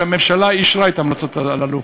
והממשלה אישרה את ההמלצות הללו.